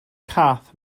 cath